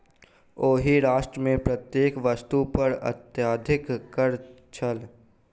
ओहि राष्ट्र मे प्रत्येक वस्तु पर अत्यधिक कर छल